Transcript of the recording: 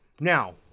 Now